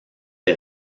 des